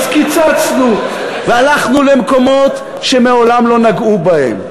אז קיצצנו והלכנו למקומות שמעולם לא נגעו בהם.